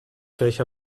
welcher